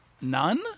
None